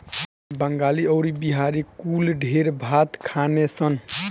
बंगाली अउरी बिहारी कुल ढेर भात खाने सन